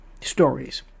stories